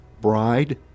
bride